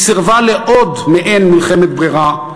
היא סירבה לעוד מעין מלחמת ברירה,